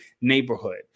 neighborhood